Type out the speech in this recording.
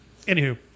Anywho